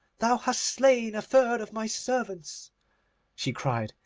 thou hast slain a third of my servants she cried,